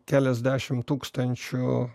keliasdešimt tūkstančių